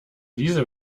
diese